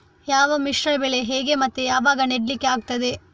ಯಾವ ಮಿಶ್ರ ಬೆಳೆ ಹೇಗೆ ಮತ್ತೆ ಯಾವಾಗ ನೆಡ್ಲಿಕ್ಕೆ ಆಗ್ತದೆ?